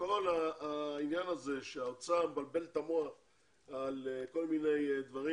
כל העניין הזה שהאוצר מבלבל את המוח על כל מיני דברים,